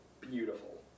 beautiful